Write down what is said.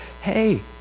Hey